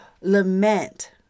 lament